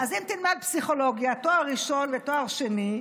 אז אם תלמד פסיכולוגיה תואר ראשון ותואר שני,